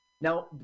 Now